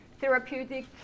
therapeutic